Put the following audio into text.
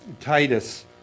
Titus